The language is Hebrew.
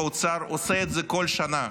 והאוצר עושה את זה בכל שנה,